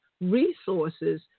resources